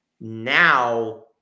Now